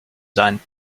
sein